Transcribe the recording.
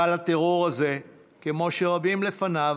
גל הטרור הזה, כמו רבים לפניו,